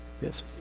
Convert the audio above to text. yes